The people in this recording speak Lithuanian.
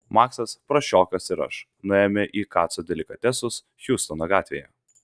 maksas prasčiokas ir aš nuėjome į kaco delikatesus hjustono gatvėje